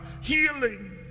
healing